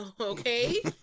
okay